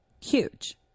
Huge